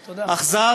אכזר,